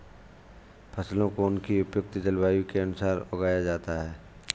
फसलों को उनकी उपयुक्त जलवायु के अनुसार उगाया जाता है